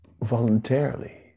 voluntarily